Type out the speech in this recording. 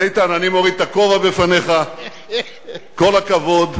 אז, איתן, אני מוריד את הכובע בפניך, כל הכבוד.